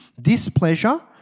displeasure